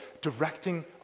directing